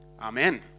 amen